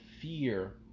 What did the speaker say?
fear